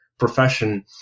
profession